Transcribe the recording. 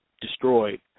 destroyed